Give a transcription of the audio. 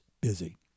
busy